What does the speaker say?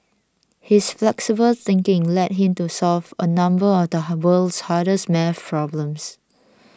his flexible thinking led him to solve a number of the world's hardest math problems